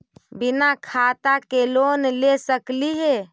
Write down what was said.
बिना खाता के लोन ले सकली हे?